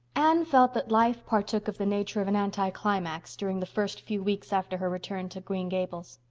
anne felt that life partook of the nature of an anticlimax during the first few weeks after her return to green gables.